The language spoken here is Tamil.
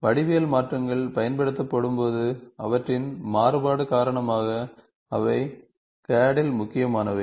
வடிவியல் மாற்றங்கள் பயன்படுத்தப்படும்போது அவற்றின் மாறுபாடு காரணமாக அவை CAD இல் முக்கியமானவை